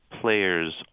players